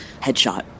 Headshot